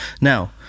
Now